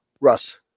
Russ